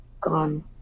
gone